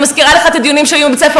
אני מזכירה לך את הדיונים שהיו עם בית-ספר